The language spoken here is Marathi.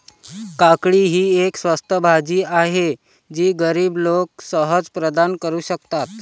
काकडी ही एक स्वस्त भाजी आहे जी गरीब लोक सहज प्रदान करू शकतात